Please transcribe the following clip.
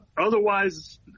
Otherwise